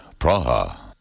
Praha